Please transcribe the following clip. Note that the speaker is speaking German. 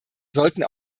sollten